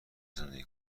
زندگی